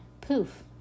poof